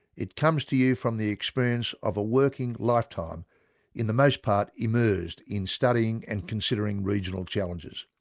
it comes to you from the experience of a working lifetime in the most part immersed in studying and considering regional challenges.